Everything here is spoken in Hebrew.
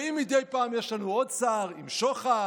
ואם מדי פעם יש לנו עוד שר עם שוחד,